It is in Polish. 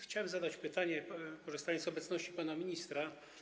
Chciałem zadać pytanie, korzystając z obecności pana ministra.